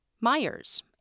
Myers